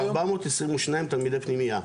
ארבע מאות עשרים ושניים תלמידי פנימייה.